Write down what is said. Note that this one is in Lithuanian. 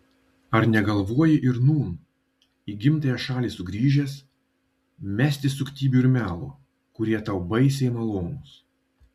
ar negalvoji ir nūn į gimtąją šalį sugrįžęs mesti suktybių ir melo kurie tau baisiai malonūs